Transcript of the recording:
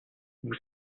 vous